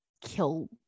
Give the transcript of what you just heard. kill